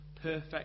perfect